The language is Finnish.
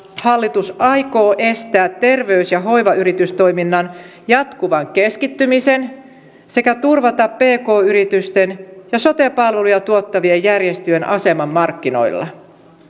hallitus aikoo estää terveys ja hoivayritystoiminnan jatkuvan keskittymisen sekä turvata pk yritysten ja sote palveluja tuottavien järjestöjen aseman markkinoilla